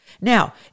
Now